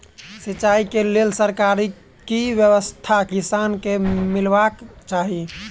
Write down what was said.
सिंचाई केँ लेल सरकारी की व्यवस्था किसान केँ मीलबाक चाहि?